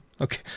Okay